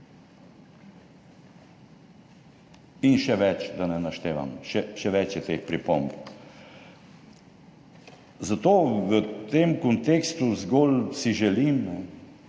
In še več, da ne naštevam, še več je teh pripomb. Zato si v tem kontekstu zgolj želim,